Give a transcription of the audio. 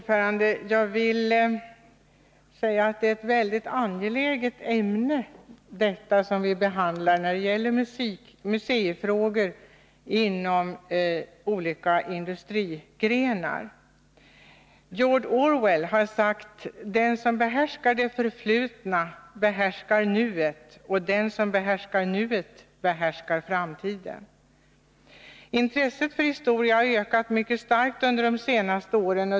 Herr talman! Det ämne som vi här behandlar, museifrågor inom olika industrigrenar, är mycket angeläget. George Orwell har sagt: Den som behärskar det förflutna behärskar nuet, och den som behärskar nuet behärskar framtiden. Intresset för historia har ökat mycket starkt under de senaste åren.